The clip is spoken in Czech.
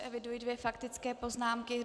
Eviduji dvě faktické poznámky.